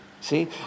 see